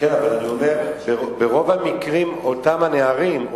אבל ברוב המקרים אותם נערים,